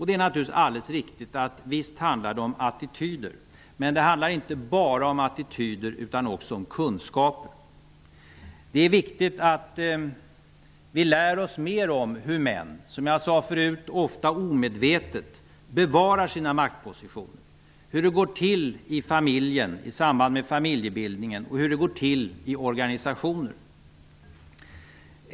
Det är naturligtvis alldeles riktigt, men det handlar inte bara om det utan också om kunskap. Det är viktigt att vi lär oss mer om hur män, som jag sade förut, ofta omedvetet behåller sina maktpositioner, om vad som händer i familjen i samband med familjebildningen och om hur det går till i organisationerna.